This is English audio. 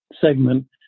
segment